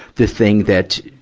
the thing that,